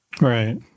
Right